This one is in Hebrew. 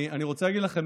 אני רוצה להגיד לכם,